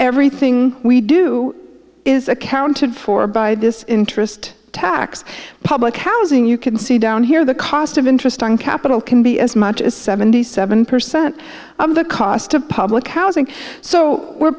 everything we do is accounted for by this interest tax public housing you can see down here the cost of interest on capital can be as much as seventy seven percent of the cost of public housing so we're